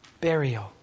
burial